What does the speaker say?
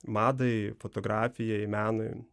madai fotografijai menui